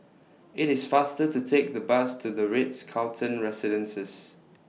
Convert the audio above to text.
IT IS faster to Take The Bus to The Ritz Carlton Residences